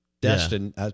Destin